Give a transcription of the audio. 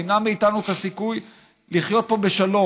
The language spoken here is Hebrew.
תמנע מאיתנו את הסיכוי לחיות פה בשלום.